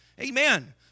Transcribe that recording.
Amen